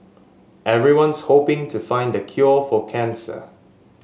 everyone's hoping to find the cure for cancer